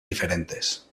diferentes